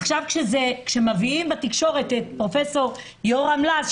עכשיו כשמביאים בתקשורת את פרופ' יורם לס,